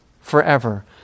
forever